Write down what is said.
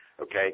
okay